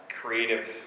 creative